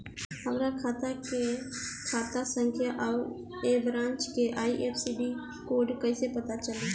हमार खाता के खाता संख्या आउर ए ब्रांच के आई.एफ.एस.सी कोड कैसे पता चली?